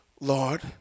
Lord